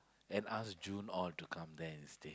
and ask June all to come there and stay